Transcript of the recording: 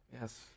Yes